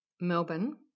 Melbourne